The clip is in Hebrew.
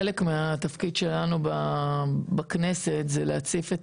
חלק מהתפקיד שלנו בכנסת הוא להציף את